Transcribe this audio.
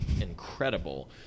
incredible